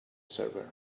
server